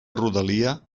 rodalia